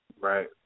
Right